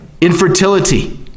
infertility